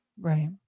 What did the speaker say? Right